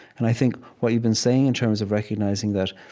and i think what you've been saying in terms of recognizing that,